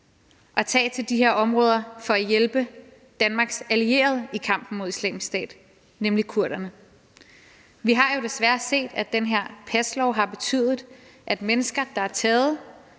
at tage til de her områder for at hjælpe Danmarks allierede i kampen mod Islamisk Stat, nemlig kurderne. Vi har jo desværre set, at den her paslov har betydet, at mennesker, der er taget